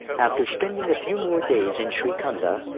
after spending a few more days in shrikhanda,